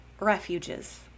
refuges